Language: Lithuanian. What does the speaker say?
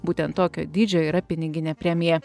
būtent tokio dydžio yra piniginė premija